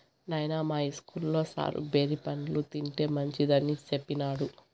నాయనా, మా ఇస్కూల్లో సారు బేరి పండ్లు తింటే మంచిదని సెప్పినాడు